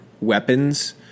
weapons